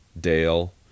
Dale